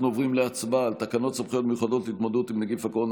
אנחנו עוברים להצבעה על תקנות סמכויות מיוחדות להתמודדות עם נגיף הקורונה